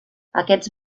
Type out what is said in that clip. aquests